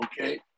Okay